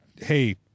Hey